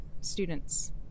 students